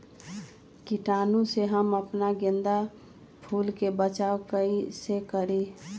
कीटाणु से हम अपना गेंदा फूल के बचाओ कई से करी?